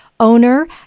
owner